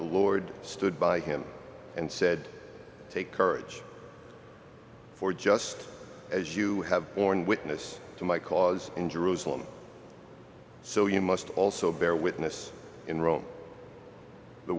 lord stood by him and said take courage for just as you have borne witness to my cause in jerusalem so you must also bear witness in rome the